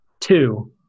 Two